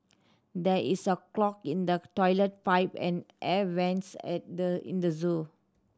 there is a clog in the toilet pipe and air vents at the in the zoo